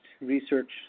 research